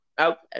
Okay